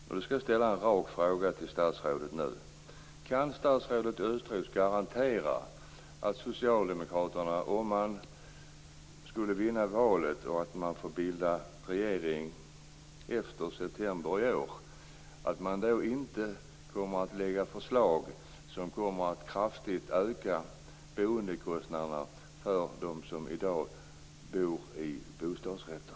Jag skall nu ställa en rak fråga till statsrådet: Kan statsrådet Östros garantera att socialdemokraterna - om de vinner valet och får bilda regering i september i år - inte lägger fram förslag som kraftigt kommer att öka boendekostnaderna för dem som i dag bor i bostadsrätter?